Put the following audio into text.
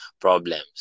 problems